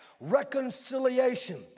reconciliation